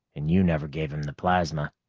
and you never gave him the plasma!